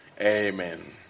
Amen